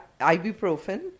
Ibuprofen